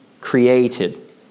created